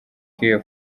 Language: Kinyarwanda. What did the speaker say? care